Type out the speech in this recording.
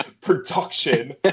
production